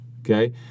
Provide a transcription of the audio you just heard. okay